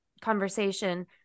conversation